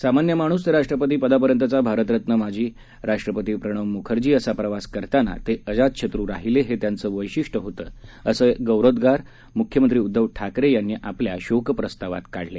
सामान्य माणूस ते राष्ट्रपती पदापर्यंतचा भारतरत्न माजी राष्ट्रपती प्रणव मुखर्जी असा प्रवास करताना ते अजात शत्रू राहिले हे त्याचे वशिष्टे होते असे गौरवोद्गार मुख्यमंत्री उद्धव ठाकरे यांनी आपल्या शोकप्रस्तावात काढले